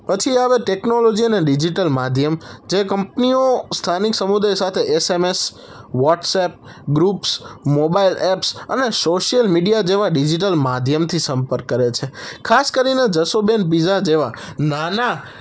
પછી આવે ટેક્નોલોજી અને ડિજિટલ માધ્યમ જે કંપનીઓ સ્થાનિક સમુદાય સાથે SMS WhatsApp groups mobile apps અને સોશિયલ મીડિયા જેવા ડિજિટલ માધ્યમથી સંપર્ક કરે છે ખાસ કરીને જસુબેન પિજા જેવા નાના